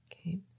okay